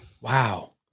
Wow